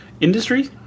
industry